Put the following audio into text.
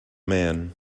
man